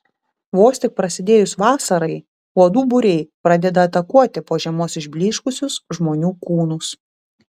vos tik prasidėjus vasarai uodų būriai pradeda atakuoti po žiemos išblyškusius žmonių kūnus